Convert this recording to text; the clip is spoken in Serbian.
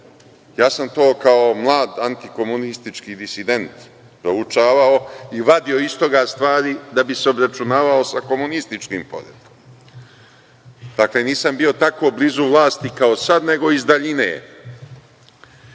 Ja sam to kao mlad antikomunistički disident proučavao i vadio iz toga stvari da bih se obračunavao sa komunističkim poretkom. Dakle, nisam bio tako blizu vlasti kao sad, nego iz daljine.